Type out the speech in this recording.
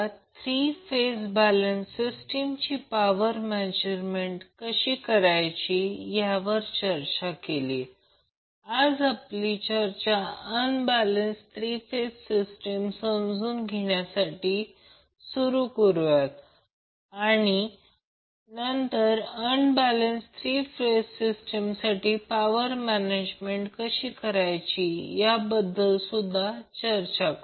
तर three phase power measurement तर या प्रकरणात काय होईल आपल्याकडे काय आहे आपण ते करू जे मूलतः थ्री फेज पॉवरसाठी आहे जेव्हा टू वॅटमीटर पद्धत वापरायची आहे